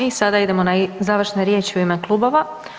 I sada idemo na završne riječi u ime klubova.